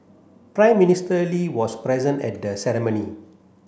Prime Minister Lee was present at the ceremony